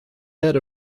bed